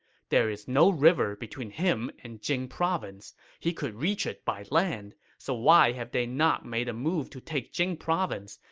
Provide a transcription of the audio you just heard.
there is no river between him and jing province. he could reach it by land, so why have they not made a move to take jing province,